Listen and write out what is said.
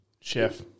Chef